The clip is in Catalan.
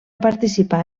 participar